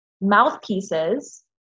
mouthpieces